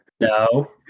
No